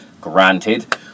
granted